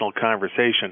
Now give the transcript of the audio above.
conversation